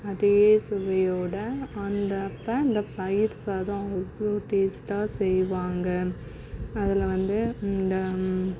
அதே சுவையோட அந்த அப்போ அந்த பயிர் சாதம் அவ்வளோ டேஸ்ட்டாக செய்வாங்க அதில் வந்து இந்த